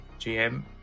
GM